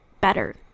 better